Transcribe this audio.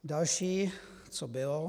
Další co bylo.